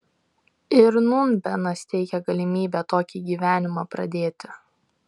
ir nūn benas teikia galimybę tokį gyvenimą pradėti